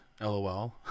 LOL